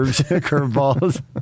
curveballs